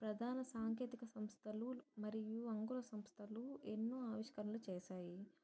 ప్రధాన సాంకేతిక సంస్థలు మరియు అంకుర సంస్థలు ఎన్నో ఆవిష్కరణలు చేసాయి